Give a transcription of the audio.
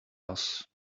was